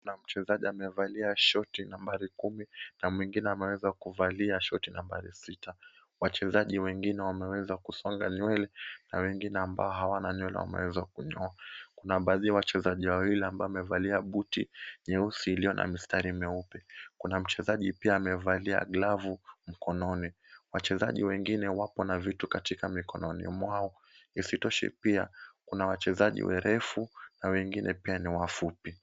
Kuna mchezaji amevaliwa shoti nambari kumi, na mwingine ameweza kuvalia shoti na nambari sita. Wachezaji wengine wameweza kusonga nywele, na wengine ambao hawana nywele wameweza kunyoa. Kuna baadhi ya wachezaji wawili ambao wamevalia buti nyeusi iliyo na mistari meupe. Kuna mchezaji pia amevalia glovu mkononi. Wachezaji wengine wapo na vitu katika mikononi mwao. Isitoshe pia, kuna wachezaji warefu na wengine pia ni wafupi.